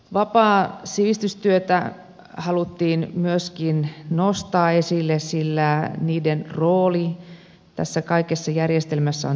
vapaata sivistystyötä haluttiin myöskin nostaa esille sillä sen rooli tässä kaikessa järjestelmässä on tärkeä